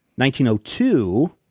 1902